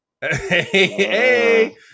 hey